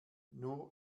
nur